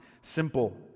simple